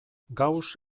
gauss